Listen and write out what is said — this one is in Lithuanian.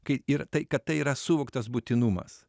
kaip ir tai kad tai yra suvoktas būtinumas